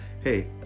Hey